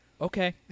Okay